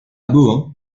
bohain